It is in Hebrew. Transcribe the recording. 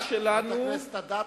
חברת הכנסת אדטו,